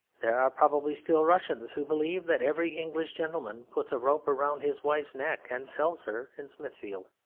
there are probably still russians who believe that every english gentleman puts a rope round his wife's neck and sells her in smithfield.